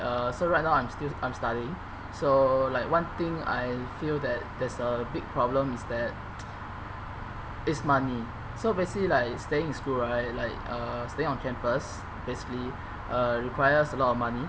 uh so right now I'm still I'm studying so like one thing I feel that there's a big problem is that is money so basically like staying in school right like uh staying on campus basically uh requires a lot of money